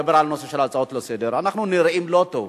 אנחנו נראים לא טוב